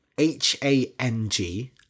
H-A-N-G